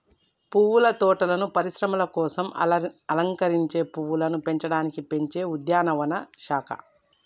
పువ్వుల తోటలను పరిశ్రమల కోసం అలంకరించే పువ్వులను పెంచడానికి పెంచే ఉద్యానవన శాఖ